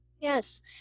yes